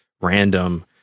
random